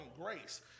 grace